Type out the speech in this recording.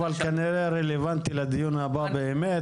אבל כנראה שזה רלוונטי לדיון הבא באמת,